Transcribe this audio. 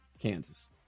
Kansas